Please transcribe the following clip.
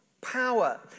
power